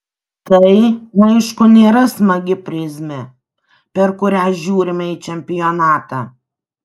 tai aišku nėra smagi prizmė per kurią žiūrime į čempionatą